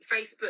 Facebook